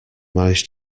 managed